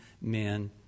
men